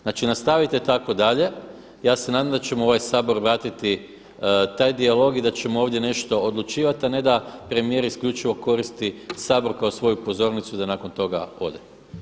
Znači nastavite tako dalje, ja se nadam da ćemo u ovaj Sabor vratiti taj dijalog i da ćemo ovdje nešto odlučivati a ne da premijer isključivo koristi Sabor kao svoju pozornicu i da nakon toga ode.